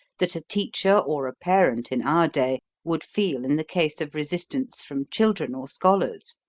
that a teacher or a parent, in our day, would feel in the case of resistance from children or scholars.